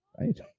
right